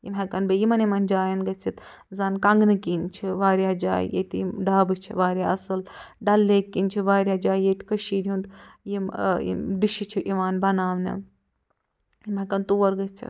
یِم ہٮ۪کن بیٚیہِ یِمن یِمن جاین گٔژھِتھ زن کنٛگنہٕ کِنۍ چھِ وارِیاہ جایہِ ییٚتہِ یِم ڈابہٕ چھِ وارِیاہ اصٕل ڈل لیک کِنۍ چھِ وارِیاہ جایہِ ییٚتہِ کٔشیٖرِ ہُنٛد یِم یِم ڈشہٕ چھِ یِوان بناونہٕ یِم ہٮ۪کن تور گٔژھِتھ